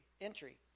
entry